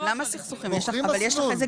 בוחרים מסלול.